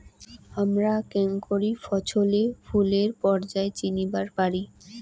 হামরা কেঙকরি ফছলে ফুলের পর্যায় চিনিবার পারি?